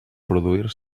produir